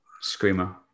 Screamer